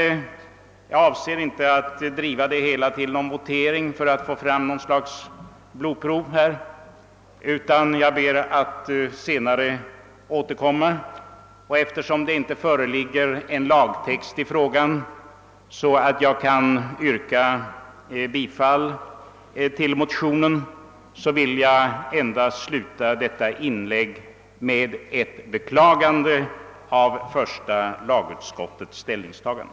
Jag avser emellertid inte att dra det hela till votering för att få fram något slags blodprov utan ber att senare få återkomma. Eftersom det inte föreligger en lagtext i frågan, så att jag kan yrka bifall till motionen, vill jag sluta detta inlägg med ett beklagande av första lagutskottets ställningstagande.